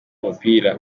umupira